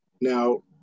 Now